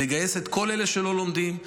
לגייס את כל אלה שלא לומדים,